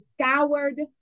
scoured